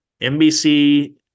NBC